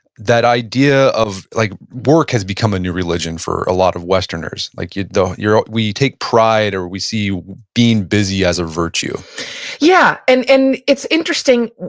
that idea of like work has become a new religion for a lot of westerners. like you know we take pride or we see being busy as a virtue yeah, and and it's interesting.